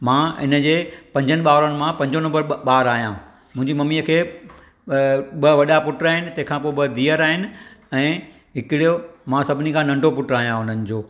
मां हिनजे पंजनि ॿारनि मां पंजों नंबरु ॿारु आहियां मुंहिंजी मम्मीअ खे ॿ वॾा पुट आहिनि तंहिंखां पोइ ॿ धीअरु आहिनि ऐं हिकिड़ो मां सभिनी खां नंढो पुटु आहियां हुननि जो